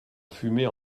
fumer